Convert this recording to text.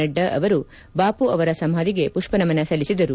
ನಡ್ಡಾ ಅವರು ಬಾಪು ಅವರ ಸಮಾಧಿಗೆ ಪುಷ್ವನಮನ ಸಲ್ಲಿಸಿದರು